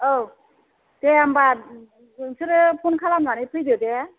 औ दे होनबा नोंसोरो फन खालामनानै फैदो दे